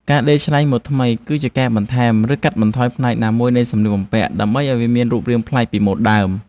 ការដេរច្នៃម៉ូដថ្មី គឺជាការបន្ថែម ឬកាត់បន្ថយផ្នែកណាមួយនៃសម្លៀកបំពាក់ ដើម្បីឱ្យវាមានរូបរាងប្លែកពីម៉ូដដើម។